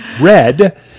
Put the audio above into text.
red